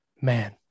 Man